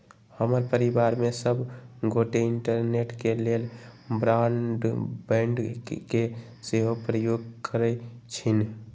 हमर परिवार में सभ गोटे इंटरनेट के लेल ब्रॉडबैंड के सेहो प्रयोग करइ छिन्ह